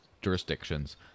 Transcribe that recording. jurisdictions